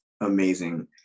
Amazing